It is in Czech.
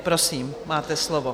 Prosím, máte slovo.